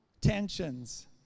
tensions